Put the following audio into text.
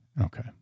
Okay